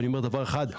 ואני אומר דבר אחד.